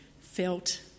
felt